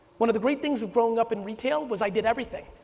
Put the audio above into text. one of the great things of growing up in retail was i did everything.